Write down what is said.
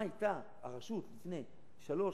מה היתה הרשות לפני שלוש,